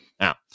Now